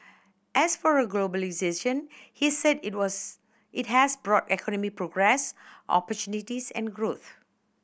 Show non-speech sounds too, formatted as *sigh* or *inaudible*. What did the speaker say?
as for *unintelligible* globalisation he said it was it has brought economic progress opportunities and growth